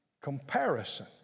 comparison